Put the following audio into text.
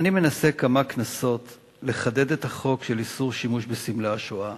אני מנסה כמה כנסות לחדד את החוק של איסור שימוש בסמלי השואה,